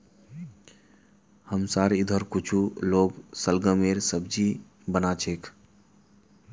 हमसार इधर कुछू लोग शलगमेर सब्जी बना छेक